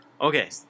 Okay